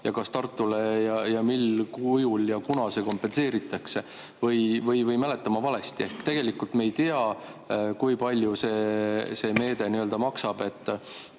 ja kas Tartule ja kui, siis mis kujul ja kunas see kompenseeritakse. Või mäletan ma valesti? Tegelikult me ei tea, kui palju see meede maksab,